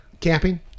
Camping